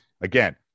again